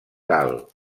gal